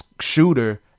shooter